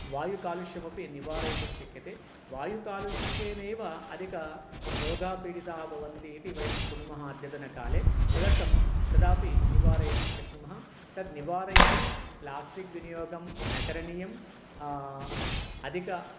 वायुकालुष्यमपि निवारयितुं शक्यते वायुकालुष्येनैव अधिकाः रोगापीडिताः भवन्ति इति वयं शृणुमः अद्यतनकाले तदर्थं तदपि निवारयितुं शक्नुमः तत् निवारयितुं प्लास्टिक् विनियोगं न करणीयं अधिकानि